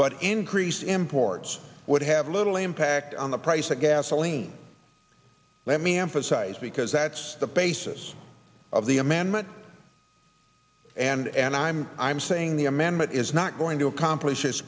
but increase imports would have little impact on the price of gasoline let me emphasize because that's the basis of the amendment and i'm i'm saying the amendment is not going to accomplish this